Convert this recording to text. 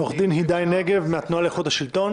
עורך דין הידי נגב מהתנועה לאיכות השלטון.